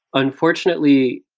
unfortunately,